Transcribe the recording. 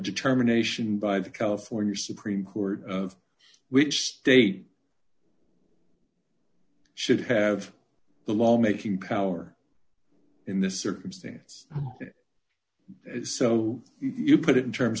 determination by the california supreme court of which state should have the law making power in this circumstance so you put it in terms